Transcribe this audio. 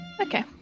Okay